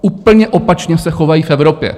Úplně opačně se chovají v Evropě.